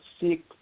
six